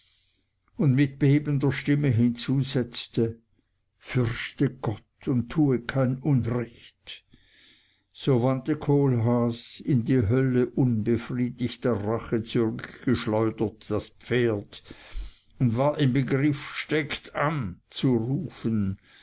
und mit bebender stimme hinzusetzte fürchte gott und tue kein unrecht so wandte kohlhaas in die hölle unbefriedigter rache zurückgeschleudert das pferd und war im begriff steckt an zu rufen